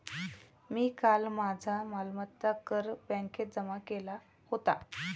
मी काल माझा मालमत्ता कर बँकेत जमा केला होता